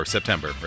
September